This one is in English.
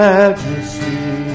Majesty